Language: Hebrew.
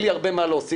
אין לי הרבה מה להוסיף.